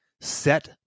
Set